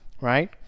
right